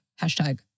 hashtag